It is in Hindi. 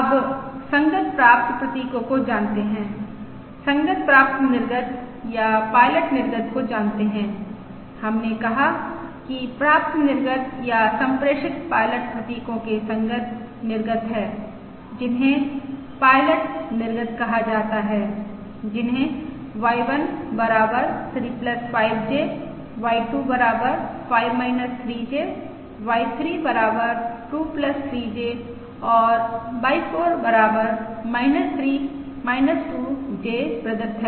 अब संगत प्राप्त प्रतीकों को जानते हैं संगत प्राप्त निर्गत या पायलट निर्गत को जानते हैं हमने कहा कि प्राप्त निर्गत या सम्प्रेषित पायलट प्रतीकों के संगत निर्गत हैं जिन्हें पायलट निर्गत कहा जाता है जिन्हें Y1 बराबर 3 5J Y2 बराबर 5 3j Y 3 बराबर 2 3 j और Y 4 बराबर 3 2 j प्रदत्त है